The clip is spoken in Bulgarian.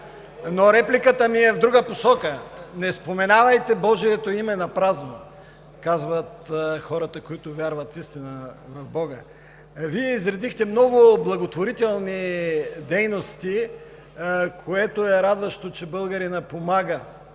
Но репликата ми е в друга посока: не споменавайте божието име напразно, казват хората, които вярват наистина в Бога. Вие изредихте много благотворителни дейности, което е радващо, че българинът помага